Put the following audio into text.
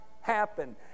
happen